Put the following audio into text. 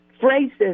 phrases